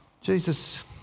Jesus